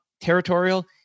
Territorial